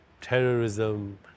terrorism